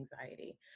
anxiety